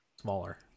smaller